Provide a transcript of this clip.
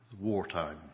wartime